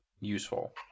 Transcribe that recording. useful